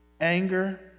anger